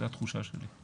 זו התחושה שלי.